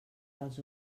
dels